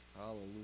Hallelujah